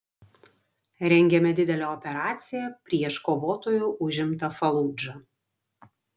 rengiame didelę operaciją prieš kovotojų užimtą faludžą